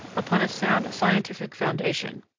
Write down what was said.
upon a sound scientific foundation.